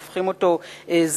הופכים אותו זמין,